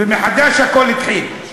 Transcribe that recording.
ומחד"ש הכול התחיל.